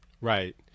right